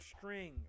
string